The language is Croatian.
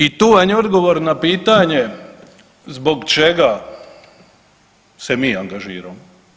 I tu vam je odgovor na pitanje zbog čega se mi angažiramo?